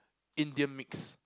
Indian mix